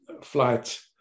flight